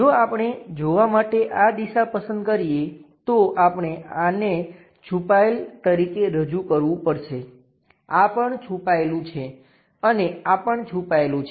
જો આપણે જોવા માટે આ દિશા પસંદ કરીએ તો આપણે આને છુપાયેલા તરીકે રજૂ કરવું પડશે આ પણ છુપાયેલું છે અને આ પણ છુપાયેલું છે